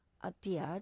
appeared